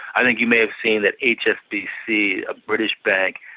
i think you may have seen that hsbc, a british bank,